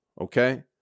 okay